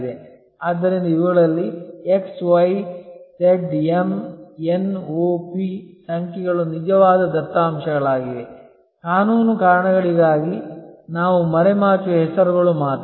ಆದ್ದರಿಂದ ಇವುಗಳಲ್ಲಿ X Y Z M N O P ಸಂಖ್ಯೆಗಳು ನಿಜವಾದ ದತ್ತಾಂಶಗಳಾಗಿವೆ ಕಾನೂನು ಕಾರಣಗಳಿಗಾಗಿ ನಾವು ಮರೆಮಾಚುವ ಹೆಸರುಗಳು ಮಾತ್ರ